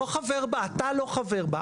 אתה לא חבר בה.